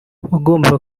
wagombaga